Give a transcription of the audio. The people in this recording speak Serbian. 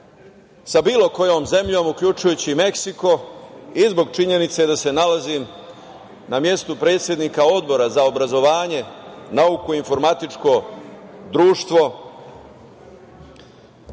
sa bilo kojom zemljom, uključujući i Meksiko, i zbog činjenice da se nalazim na mestu predsednika Odbora za obrazovanje, nauku i informatičko društvo